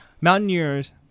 Mountaineers